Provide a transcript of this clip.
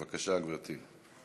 בבקשה, גברתי.